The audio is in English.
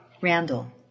Randall